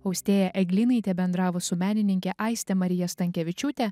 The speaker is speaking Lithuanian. austėja eglynaitė bendravo su menininke aiste marija stankevičiūte